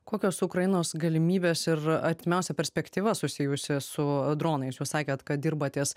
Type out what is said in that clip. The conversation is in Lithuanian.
kokios ukrainos galimybės ir artimiausia perspektyva susijusi su dronais jūs sakėt kad dirbat ties